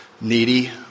needy